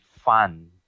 fun